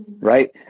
Right